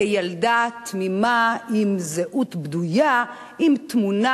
כילדה תמימה, עם זהות בדויה, עם תמונה.